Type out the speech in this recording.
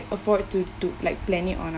afford to to like planning on